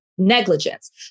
Negligence